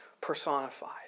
personified